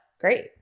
great